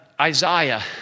Isaiah